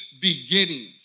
beginning